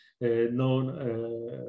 known